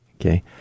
okay